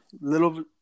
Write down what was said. little